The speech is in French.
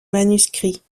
manuscrits